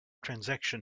transaction